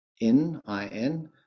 N-I-N